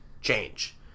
change